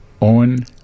Owen